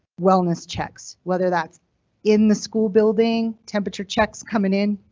wellness checks whether that's in the school building, temperature checks coming in.